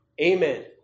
Amen